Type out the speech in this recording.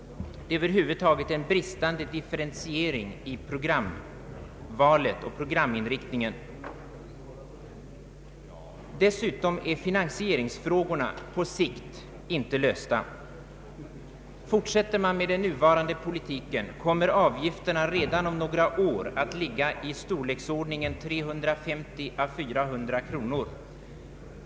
Över huvud taget brister det i fråga om differentieringen i programvalet och programinriktningen. Dessutom är finan sieringsfrågorna på sikt inte lösta. Fortsättes den nuvarande politiken, kommer =«licensavgifterna redan om några år att uppgå till 350 å 400 kronor.